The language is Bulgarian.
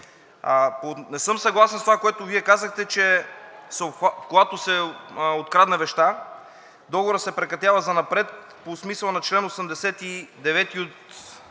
Не съм съгласен с това, което Вие казахте, че когато се открадне вещта, договорът се прекратява занапред по смисъла на чл. 89 от